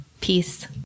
Peace